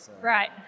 Right